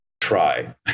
try